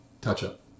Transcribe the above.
touch-up